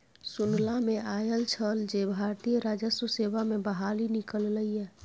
सुनला मे आयल छल जे भारतीय राजस्व सेवा मे बहाली निकललै ये